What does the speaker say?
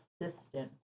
assistant